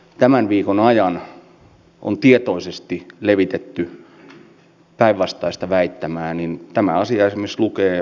en puhu nyt niistä karmeista säästöistä joita hallitus kohdentaa koulutukseen ja tutkimukseen